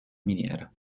miniera